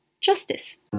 justice